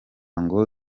ngo